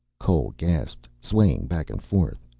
cole gasped, swaying back and forth.